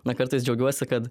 na kartais džiaugiuosi kad